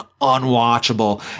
unwatchable